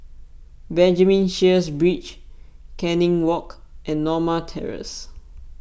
Benjamin Sheares Bridge Canning Walk and Norma Terrace